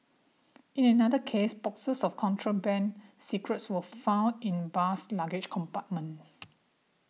in another case boxes of contraband cigarettes were found in bus's luggage compartment